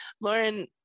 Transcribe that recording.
Lauren